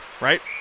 right